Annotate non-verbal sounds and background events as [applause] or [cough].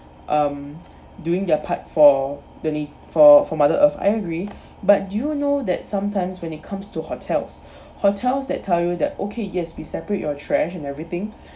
um doing their part for the na~ for for mother earth I agree but do you know that sometimes when it comes to hotels [breath] hotels that tell you that okay yes we separate your trash and everything [breath]